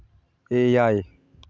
ᱮᱭᱟᱭ